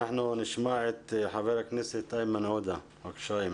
נשמע את חבר הכנסת איימן עודה, בבקשה.